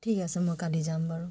ঠিক আছে মই কালি যাম বাৰু